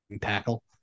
tackle